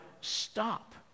stop